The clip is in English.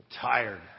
tired